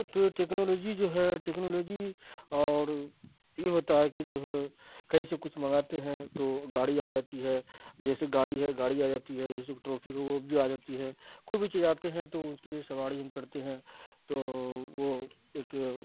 technology جو ہے technology اور یہ ہوتا ہے کہ جو ہے کہیں سے کچھ منگاتے ہیں تو گاڑی آ جاتی ہے جیسے گاڑی ہے گاڑی آ جاتی ہے جیسے ٹرافی بھی آ جاتی ہے کوئی بھی چیز آتے ہیں تو اس لیے سواری ہم کرتے ہیں تو وہ ایک